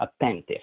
attentive